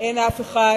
אף אחד